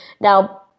now